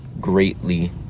greatly